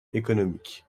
économique